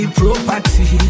property